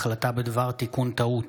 החלטה בדבר תיקון טעות